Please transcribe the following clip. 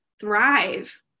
thrive